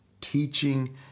teaching